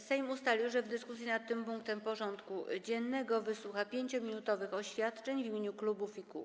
Sejm ustalił, że w dyskusji nad tym punktem porządku dziennego wysłucha 5-minutowych oświadczeń w imieniu klubów i kół.